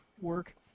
work